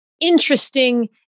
interesting